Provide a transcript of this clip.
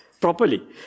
properly